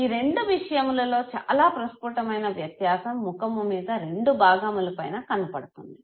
ఈ రెండు విషయములలో చాలా ప్రస్ఫుటమైన వ్యత్యాసం ముఖము మీద రెండు భాగముల పైన కనపడుతుంది